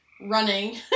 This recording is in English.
running